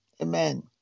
Amen